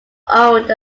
owned